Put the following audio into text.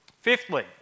Fifthly